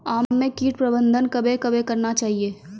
आम मे कीट प्रबंधन कबे कबे करना चाहिए?